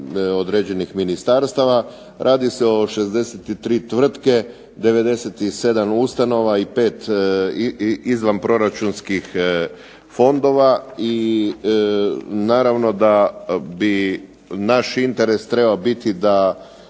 određenih ministarstava. Radi se o 63 tvrtke, 97 ustanova i 5 izvanproračunskih fondova i naravno da bi naš interes trebao biti da